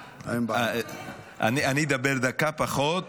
אני אדבר דקה פחות.